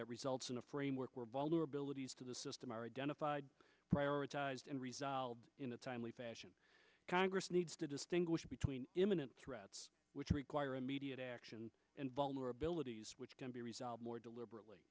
that results in a framework where vulnerabilities to the system are identified prioritized and resolved in a timely fashion congress needs to distinguish between imminent threats which require immediate action and vulnerabilities which can be resolved more deliberately